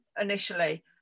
initially